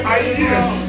ideas